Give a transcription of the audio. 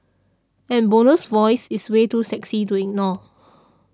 and Bono's voice is way too sexy to ignore